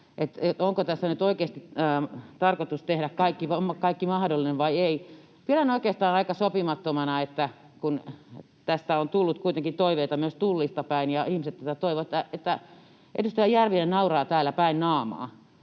Onko tässä nyt oikeasti tarkoitus tehdä kaikki mahdollinen vai ei? Pidän oikeastaan aika sopimattomana, että kun tästä on tullut kuitenkin toiveita myös Tullista päin ja ihmiset tätä toivovat, niin edustaja Järvinen nauraa täällä päin naamaa,